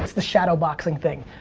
the shadowboxing thing.